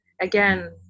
again